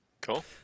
Cool